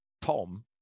Tom